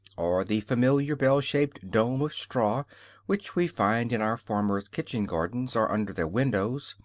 or the familiar bell-shaped dome of straw which we find in our farmers' kitchen-gardens or under their windows,